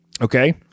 Okay